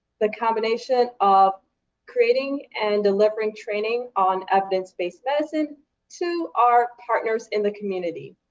the combination of creating and delivering training on evidence-based medicine to our partners in the community.